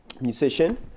musician